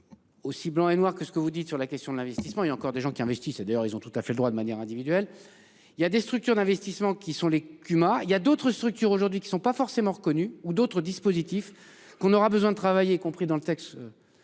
Aussi blanc et noir que ce que vous dites sur la question de l'investissement, il y a encore des gens qui investissent et d'ailleurs ils ont tout à fait le droit de manière individuelle. Il y a des structures d'investissement qui sont les Pumas. Il y a d'autres structures aujourd'hui qui ne sont pas forcément reconnus ou d'autres dispositifs qu'on aura besoin de travailler, y compris dans le texte.